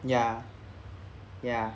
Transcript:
ya ya